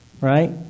Right